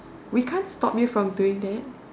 we can't stop you from doing that